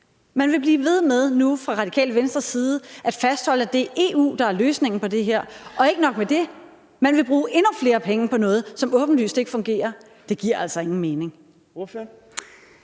Man vil nu blive ved med fra Radikale Venstres side at fastholde, at det er EU, der er løsningen på det her, og ikke nok med det: Man vil bruge endnu flere penge på noget, som åbenlyst ikke fungerer. Det giver altså ingen mening.